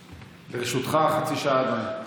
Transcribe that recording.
לרשותך חצי שעה, אדוני.